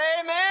amen